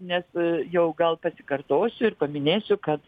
nes jau gal pasikartosiu ir paminėsiu kad